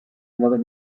another